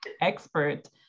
expert